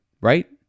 right